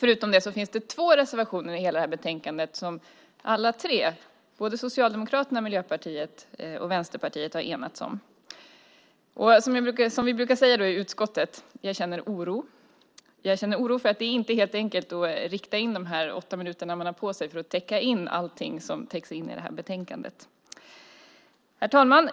Förutom det finns endast två reservationer i betänkandet som alla tre partier - Socialdemokraterna, Miljöpartiet och Vänsterpartiet - enats om. Som vi brukar säga i utskottet: Jag känner oro. Jag känner oro eftersom det inte är alldeles enkelt att på de åtta minuter jag har på mig täcka in allt det som betänkandet omfattar. Herr talman!